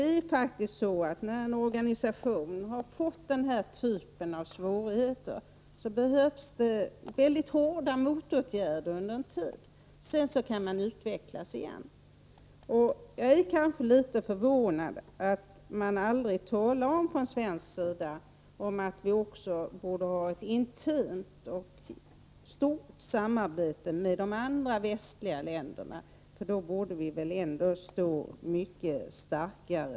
När en organisation har fått den här typen av svårigheter behövs faktiskt väldigt hårda motåtgärder under en tid. Sedan kan den utvecklas igen. Jag är litet förvånad över att man aldrig från svensk sida har talat om att vi också borde ha ett intimt och omfattande samarbete med andra västliga länder. Då borde vi väl på sikt stå mycket starkare.